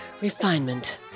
refinement